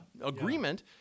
agreement